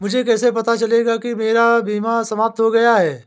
मुझे कैसे पता चलेगा कि मेरा बीमा समाप्त हो गया है?